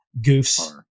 Goofs